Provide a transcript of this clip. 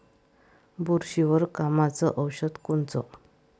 बुरशीवर कामाचं औषध कोनचं?